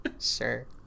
Sure